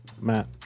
Matt